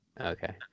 okay